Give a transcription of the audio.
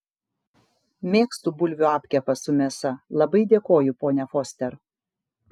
mėgstu bulvių apkepą su mėsa labai dėkoju ponia foster